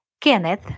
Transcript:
Kenneth